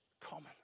common